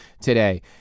today